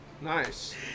Nice